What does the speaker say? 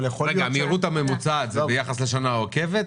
המהירות הממוצעת היא ביחס לשנה העוקבת,